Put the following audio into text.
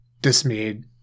dismayed